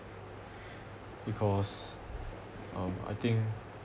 because um I think